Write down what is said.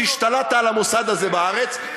שהשתלטת על המוסד הזה בארץ.